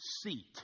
seat